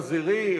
החזירי,